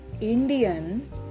Indian